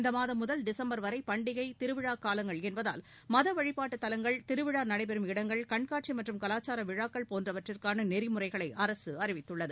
இந்த மாதம் முதல் டிசம்பர் வரை பண்டிகை திருவிழா காலங்கள் என்பதால் மத வழிபாட்டு தலங்கள் திருவிழா நடைபெறும் இடங்கள் கண்காட்சி மற்றும் கலாச்சார விழாக்கள் போன்றவற்றுக்கான நெறிமுறைகளை அரசு அறிவித்துள்ளது